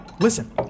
Listen